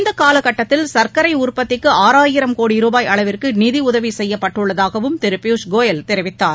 இந்த காலகட்டத்தில் சர்க்கரை உற்பத்திக்கு ஆறாயிரம் கோடி ரூபாய் அளவிற்கு நிதியுதவி செய்யப்பட்டுள்ளதாகவும் திரு பியூஷ் கோயல் தெரிவித்தார்